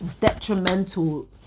detrimental